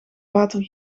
water